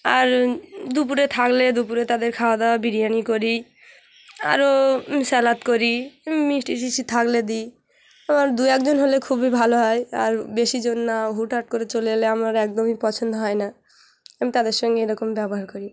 আর দুপুরে থাকলে দুপুরে তাদের খাওয়া দাওয়া বিরিয়ানি করি আরও স্যালাড করি মিষ্টি টিষ্টি থাকলে দিই আমার দুএকজন হলে খুবই ভালো হয় আর বেশি জন না হুটহাট করে চলে এলে আমার একদমই পছন্দ হয় না আমি তাদের সঙ্গে এরকম ব্যবহার করি